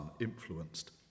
influenced